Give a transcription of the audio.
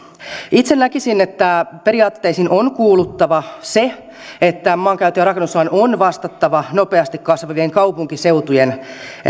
itse näkisin että periaatteisiin on kuuluttava se että maankäyttö ja rakennuslain on vastattava nopeasti kasvavien kaupunkiseutujen